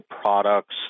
products